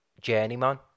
journeyman